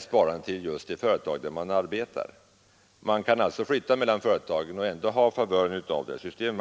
sparandet till just det företag där man arbetar. Man kan alltså flytta mellan företagen och ändå ha favören av systemet.